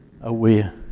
aware